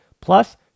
Plus